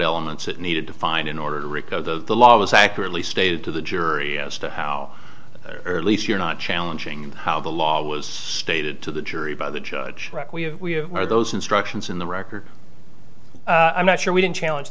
elements it needed to find in order to rico the law was accurately stated to the jury as to how early so you're not challenging how the law was stated to the jury by the judge we are those instructions in the record i'm not sure we didn't challenge